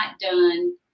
done